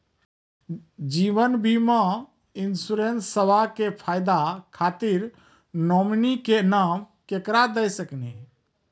जीवन बीमा इंश्योरेंसबा के फायदा खातिर नोमिनी के नाम केकरा दे सकिनी?